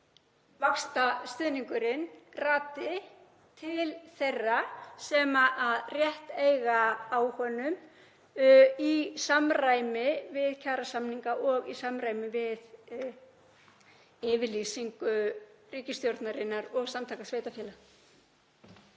vaxtastuðningurinn rati til þeirra sem rétt eiga á honum í samræmi við kjarasamninga og í samræmi við yfirlýsingu ríkisstjórnarinnar og Samtaka íslenskra